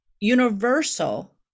universal